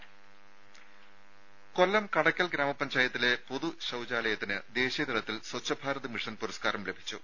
ദേഴ കൊല്ലം കടയ്ക്കൽ ഗ്രാമപഞ്ചായത്തിലെ പൊതു ശൌചാലയത്തിന് ദേശീയതലത്തിൽ സ്വച്ഛ് ഭാരത് മിഷൻ പുരസ്കാരം ലഭിച്ചു